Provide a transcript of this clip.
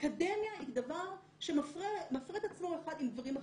אקדמיה היא דבר שמפרה את עצמו אחד עם דברים אחרים.